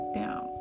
down